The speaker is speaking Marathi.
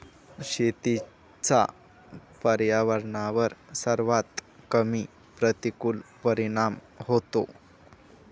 शेतीचा पर्यावरणावर सर्वात कमी प्रतिकूल परिणाम होतो